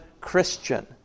Christian